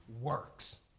works